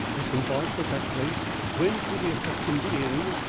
disembarked at that place, went to the accustomed inn,